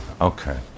okay